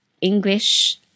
English